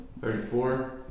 Thirty-four